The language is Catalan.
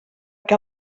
que